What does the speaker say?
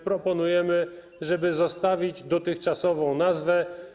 Proponujemy, żeby zostawić dotychczasową nazwę.